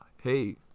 hey